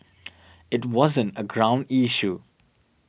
it wasn't a ground issue